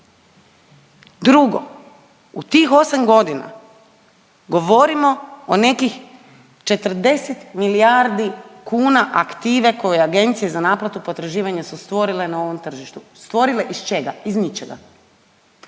Drugo, u tih 8 godina govorimo o nekih 40 milijardi kuna aktive koju agencije za naplatu potraživanja su stvorile na ovom tržištu. Stvorile iz čega? Iz ničega.